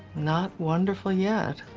not wonderful yet.